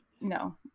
no